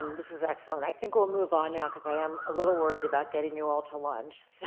um this is excellent. i think we'll move on now because i am a little worried about getting you all to lunch. so